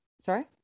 sorry